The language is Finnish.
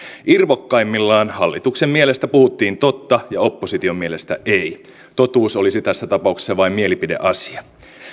irvokkaimmillaan hallituksen mielestä puhuttiin totta ja opposition mielestä ei totuus olisi tässä tapauksessa vain mielipideasia